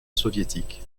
soviétique